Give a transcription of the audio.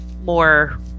more